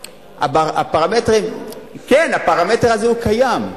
כן, הפרמטר הזה קיים.